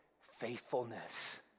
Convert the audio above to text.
faithfulness